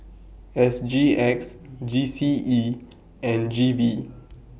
S G X G C E and G V